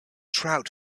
trout